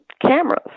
cameras